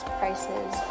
prices